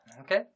Okay